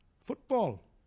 football